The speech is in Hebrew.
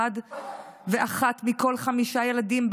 אחד ואחת מכל חמישה ילדים,